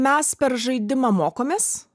mes per žaidimą mokomės